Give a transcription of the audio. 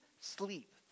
sleep